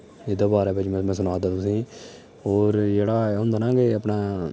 एह्दे बारे च में सनाऽ दा तुसें ई होर जेह्ड़ा एह् होंदा ना कि अपने